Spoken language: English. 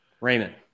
Raymond